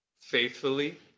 faithfully